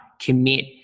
commit